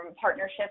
partnerships